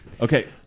Okay